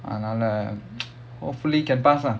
அதுனால:athunaala hopefully can pass ah